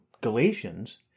Galatians